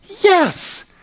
Yes